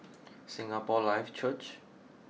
Singapore Life Church